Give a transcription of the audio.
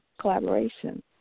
collaboration